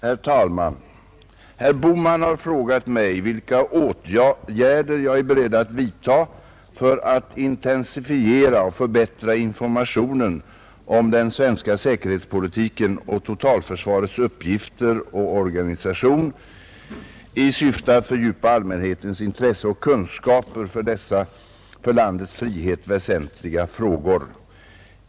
Herr talman! Herr Bohman har frågat mig vilka åtgärder jag är beredd att vidta för att intensifiera och förbättra informationen om den svenska säkerhetspolitiken och totalförsvarets uppgifter och organisation i syfte att fördjupa allmänhetens intresse och kunskaper för dessa för landets frihet väsentliga frågor.